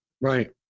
Right